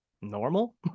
normal